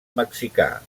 mexicà